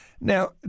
Now